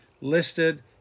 listed